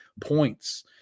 points